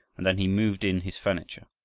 and then he moved in his furniture.